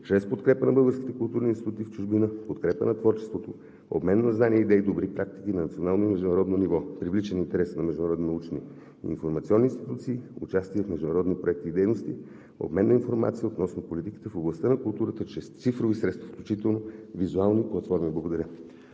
чрез подкрепа на българските културни институти в чужбина в подкрепа на творчеството, обмен на знания, идеи и добри практики на национално и международно ниво, привличане интереса на международни научни информационни институции, участие в международни проекти и дейности, обмен на информация относно политиките в областта на културата чрез цифрови средства, включително визуални платформи. Благодаря.